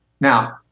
Now